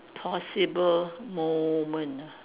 possible moment ah